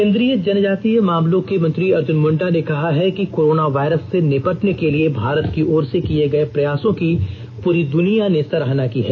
केंद्रीय जनजातीय मामलों के मंत्री अर्जुन मुंडा ने कहा है कि कोरोना वायरस से निपटने के लिए भारत की ओर से किये गये प्रयासों की पूरी दुनिया ने सराहना की है